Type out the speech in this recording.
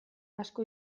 asko